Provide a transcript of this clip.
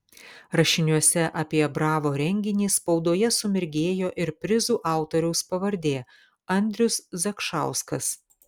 rašiniuose apie bravo renginį spaudoje sumirgėjo ir prizų autoriaus pavardė andrius zakšauskas